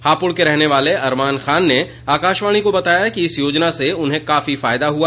हापुड़ के रहने वाले अरमान खान ने आकाशवाणी को बताया कि इस योजना से उन्हें काफी फायदा हुआ